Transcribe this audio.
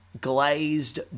glazed